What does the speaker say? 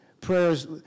Prayers